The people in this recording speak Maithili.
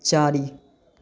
चारि